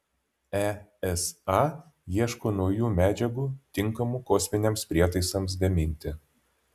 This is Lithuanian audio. esa ieško naujų medžiagų tinkamų kosminiams prietaisams gaminti